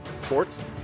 Sports